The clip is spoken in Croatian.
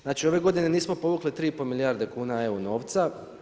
Znači ove godine nismo povukli 3 i pol milijarde kuna EU novca.